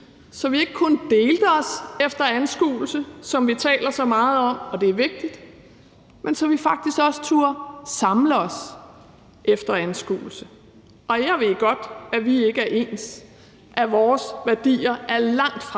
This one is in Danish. så vi ikke kun delte os efter anskuelse, som vi taler så meget om, og det er vigtigt, men så vi faktisk også turde at samle os efter anskuelse. Og jeg ved godt, at vi ikke er ens, at vores værdier er langt fra de